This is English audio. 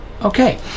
Okay